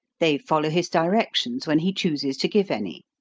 they follow his directions when he chooses to give any.